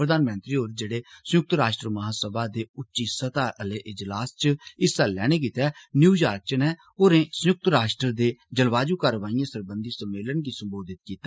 प्रधानमंत्री होर जेडे संयुक्त राष्ट्र महासभा दे उच्ची सतह आले इजलास च हिस्सा लेने गितै न्यूयार्क च न होरें संयुक्त राष्ट्र दे जलवायु कारवाइए सरबंधी सम्मेलन गी सम्बोधित कीता